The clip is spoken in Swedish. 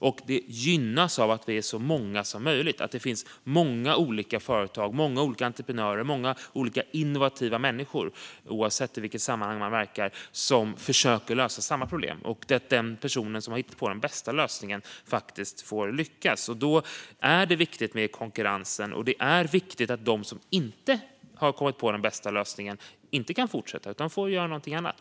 Det gynnas av att så många som möjligt, många olika företag och entreprenörer, innovativa människor - oavsett i vilket sammanhang man verkar - försöker lösa samma problem och att den person som hittat på den bästa lösningen faktiskt får lyckas. Konkurrensen är viktig, och det är viktigt att de som inte har kommit på den bästa lösningen inte kan fortsätta utan får göra något annat.